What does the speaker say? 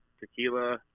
Tequila